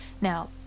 Now